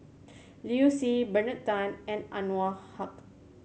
Liu Si Bernard Tan and Anwarul Haque